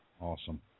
Awesome